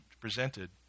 presented